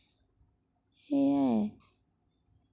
সেয়াই